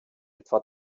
etwa